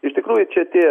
iš tikrųjų čia tie